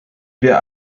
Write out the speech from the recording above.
wir